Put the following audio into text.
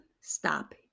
stop